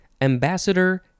ambassador